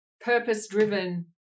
purpose-driven